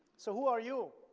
so who are you?